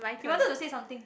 you wanted to say something